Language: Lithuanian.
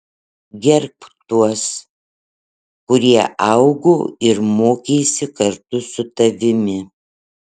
gerbk tuos kurie augo ir mokėsi kartu su tavimi